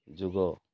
ଯୋଗ